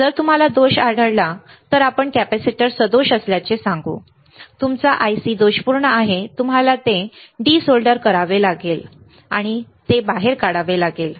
जर तुम्हाला दोष आढळला तर आपण कॅपेसिटर सदोष असल्याचे सांगू तुमचा IC दोषपूर्ण आहे तुम्हाला ते डी सोल्डर करावे लागेल आणि तुम्हाला ते बाहेर काढावे लागेल